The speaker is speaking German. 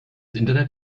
internet